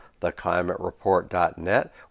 theclimatereport.net